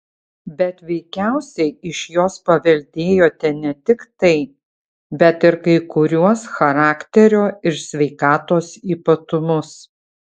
bet veikiausiai iš jos paveldėjote ne tik tai bet ir kai kuriuos charakterio ir sveikatos ypatumus